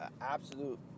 absolute